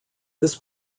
this